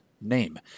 name